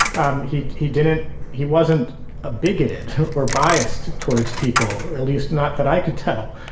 um he he didn't he wasn't a bigoted or biased towards people at least not that i could tell.